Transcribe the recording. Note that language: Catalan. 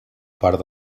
part